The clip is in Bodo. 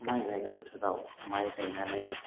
माइ गायनाय बोथोराव माइ गायनानै